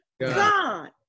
god